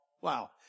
Wow